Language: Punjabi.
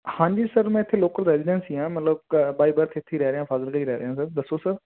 ਹਾਂਜੀ ਸਰ ਮੈਂ ਇੱਥੇ ਲੋਕਲ ਰੈਜੀਡੈਂਸ ਹੀ ਹਾਂ ਮਤਲਬ ਕ ਬਾਈ ਬਰਥ ਇੱਥੇ ਹੀ ਰਹਿ ਰਿਹਾ ਫਾਜ਼ਿਲਕਾ ਹੀ ਰਹਿ ਰਿਹਾ ਸਰ ਦੱਸੋ ਸਰ